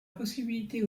possibilité